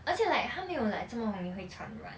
而且 like 它没有 like 这么容易会传染